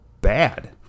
bad